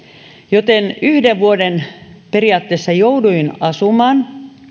joten yhden vuoden periaatteessa jouduin asumaan